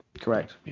Correct